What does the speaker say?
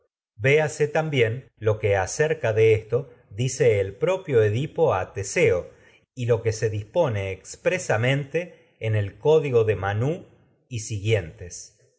véase también lo que en acerca de esto y dice lo el propio dispo edipo ne a teseo y lo que se expresamente el código de manú xi y siguientes